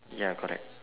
ya correct